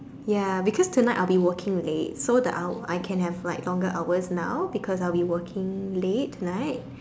ya because tonight I'll be working late so the hour I can have like longer hours now because I'll be working late tonight